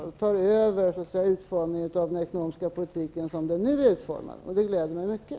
Den tar över utformningen av den ekonomiska politiken som den nu är utformad. Det gläder mig mycket.